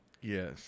Yes